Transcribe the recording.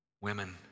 women